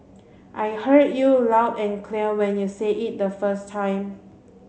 I heard you loud and clear when you said it the first time